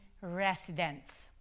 residents